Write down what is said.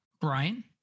Brian